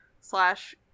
slash